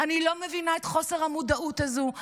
אני לא מבינה את חוסר המודעות הזה.